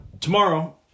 tomorrow